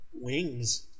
wings